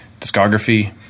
discography